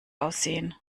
aussehen